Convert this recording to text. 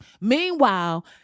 meanwhile